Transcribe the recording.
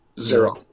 zero